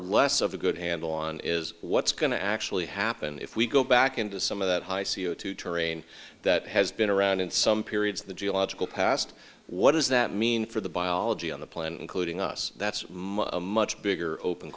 less of a good handle on is what's going to actually happen if we go back into some of that high c o two terrain that has been around in some periods of the geological past what does that mean for the biology on the planet including us that's a much bigger open